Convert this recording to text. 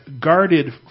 guarded